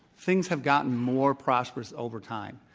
things have gotten more prosperous over time.